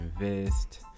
invest